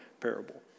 parable